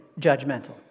judgmental